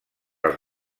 els